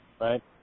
right